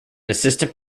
assistant